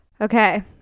Okay